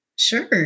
Sure